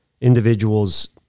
individuals